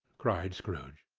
cried scrooge.